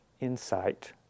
insight